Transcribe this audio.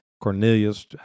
Cornelius